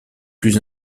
plus